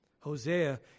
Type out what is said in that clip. Hosea